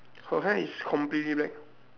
her hair is completely black